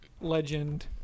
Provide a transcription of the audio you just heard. legend